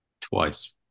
twice